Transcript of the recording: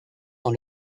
dans